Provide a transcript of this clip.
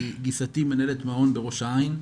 כי גיסתי מנהלת מעון בראש העין.